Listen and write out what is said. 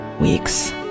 weeks